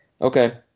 Okay